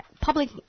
public